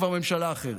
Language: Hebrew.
כבר ממשלה אחרת.